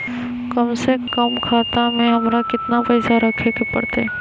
कम से कम खाता में हमरा कितना पैसा रखे के परतई?